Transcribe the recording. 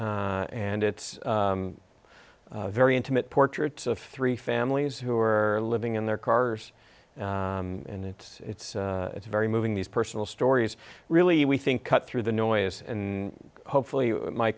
nation and it's a very intimate portrait of three families who are living in their cars and it's it's it's very moving these personal stories really we think cut through the noise and hopefully my